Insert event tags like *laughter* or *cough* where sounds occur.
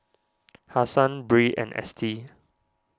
*noise* Hassan Bree and Estie